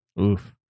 Oof